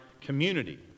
community